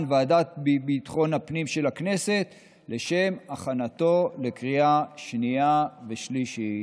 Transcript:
ועדת ביטחון הפנים של הכנסת לשם הכנתו לקריאה שנייה ושלישית.